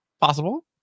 Possible